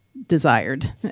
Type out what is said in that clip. desired